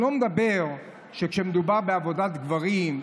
אני לא מדבר שכשמדובר בעבודת גברים,